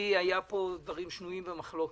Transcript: היו פה דברים שנויים במחלוקת,